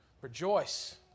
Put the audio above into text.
Rejoice